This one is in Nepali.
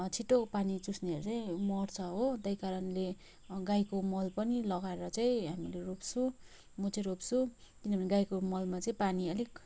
छिट्टो पानी चुस्नेहरू चाहिँ मर्छ हो त्यही कारणले गाईको मल पनि लगाएर चाहिँ हामी रोप्छौँ म चाहिँ रोप्छु किनभने गाईको मलमा चाहिँ पानी अलिक